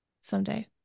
someday